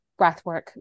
breathwork